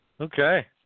Okay